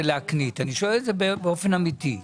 זה לא מכאן והלאה שאתה אומר לגולדקנופ לבחון את העניין הזה.